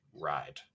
ride